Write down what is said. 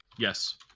Yes